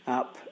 up